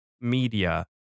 media